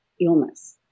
illness